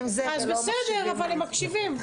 הם מקשיבים.